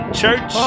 church